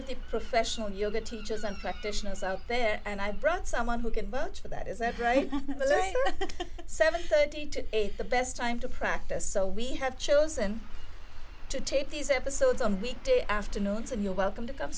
of the professional yoga teachers and practitioners out there and i brought someone who can vote for that is that right seven thirty to eight the best time to practice so we have chosen to tape these episodes on weekday afternoons and you're welcome to come